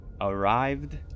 arrived